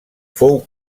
fou